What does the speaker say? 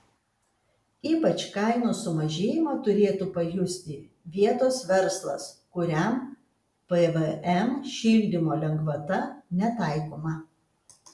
ypač kainų sumažėjimą turėtų pajusti vietos verslas kuriam pvm šildymo lengvata netaikoma